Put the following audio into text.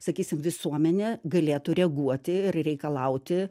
sakysim visuomenė galėtų reaguoti ir reikalauti